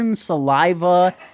saliva